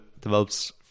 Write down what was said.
develops